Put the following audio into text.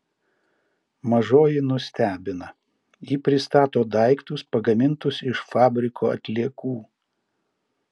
mažoji nustebino ji pristato daiktus pagamintus iš fabriko atliekų